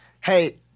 hey